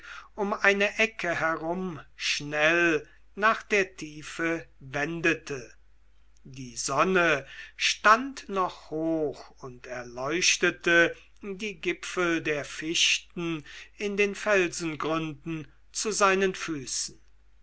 um eine ecke herum schnell nach der tiefe wendete die sonne stand noch hoch und erleuchtete die gipfel der fichten in den felsengründen zu seinen füßen